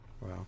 Wow